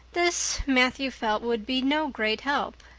this, matthew felt, would be no great help.